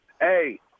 Hey